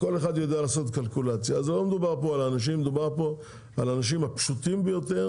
מדובר כאן על האנשים הפשוטים ביותר